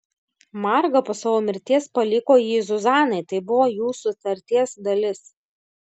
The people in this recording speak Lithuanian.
marga po savo mirties paliko jį zuzanai tai buvo jų sutarties dalis